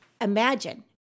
imagine